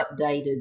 updated